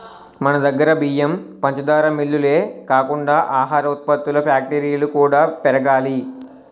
మనదగ్గర బియ్యం, పంచదార మిల్లులే కాకుండా ఆహార ఉత్పత్తుల ఫ్యాక్టరీలు కూడా పెరగాలి